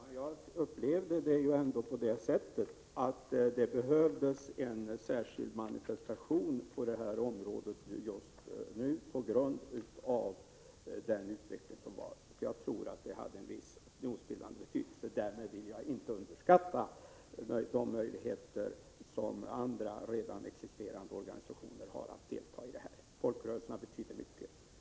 Fru talman! Jag menade att det just nu med anledning av den utveckling som ägt rum behövs en särskild manifestation på det här området. Jag tror att det skall ha en viss opinionsbildande betydelse. Därmed vill jag inte underskatta de möjligheter som andra existerande organisationer har att delta i arbetet. Folkrörelserna betyder mycket.